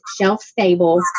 shelf-stable